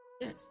Yes